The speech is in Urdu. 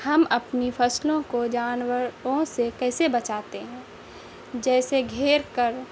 ہم اپنی فصلوں کو جانوروں سے کیسے بچاتے ہیں جیسے گھیر کر